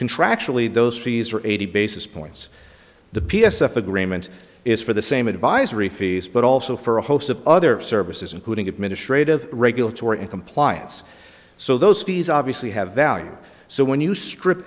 contractually those trees are eighty basis points the p s f agreement is for the same advisory fees but also for a host of other services including administrative regulatory compliance so those fees obviously have value so when you strip